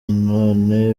none